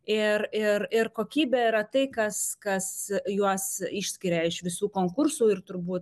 ir ir ir kokybė yra tai kas kas juos išskiria iš visų konkursų ir turbūt